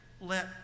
let